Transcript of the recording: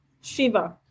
Shiva